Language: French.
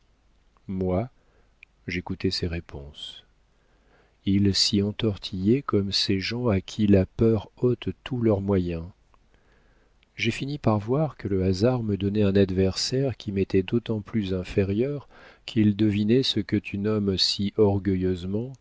moi j'écoutais ses réponses il s'y entortillait comme ces gens à qui la peur ôte tous leurs moyens j'ai fini par voir que le hasard me donnait un adversaire qui m'était d'autant plus inférieur qu'il devinait ce que tu nommes si orgueilleusement